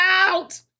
out